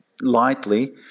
lightly